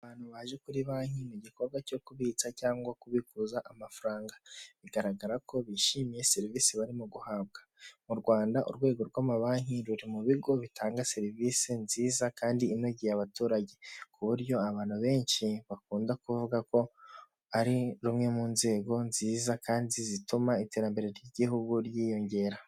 Imodoka yo mu bwoko bwa dayihatsu yifashishwa mu gutwara imizigo ifite ibara ry'ubururu ndetse n'igisanduku cy'ibyuma iparitse iruhande rw'umuhanda, aho itegereje gushyirwamo imizigo. Izi modoka zikaba zifashishwa mu kworoshya serivisi z'ubwikorezi hirya no hino mu gihugu. Aho zifashishwa mu kugeza ibintu mu bice bitandukanye by'igihugu.